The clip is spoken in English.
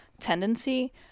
tendency